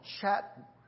chat